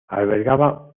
albergaba